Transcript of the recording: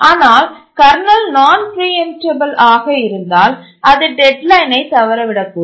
ஆனால் கர்னல் நான் பிரீஎம்டபல் ஆக இருந்தால் அது டெட்லைனை தவறவிடக்கூடும்